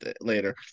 later